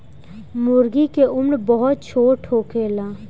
मूर्गी के उम्र बहुत छोट होखेला